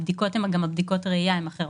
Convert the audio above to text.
הבדיקות, גם בדיקות הראייה, הן אחרות.